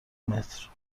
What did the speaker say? متر